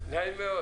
השינויים בסעיף 5(ב)